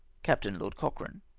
captain lord cochrane.